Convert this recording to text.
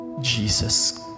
Jesus